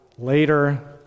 Later